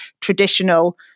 traditional